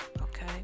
okay